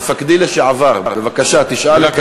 מפקדי לשעבר, בבקשה, תשאל.